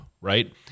right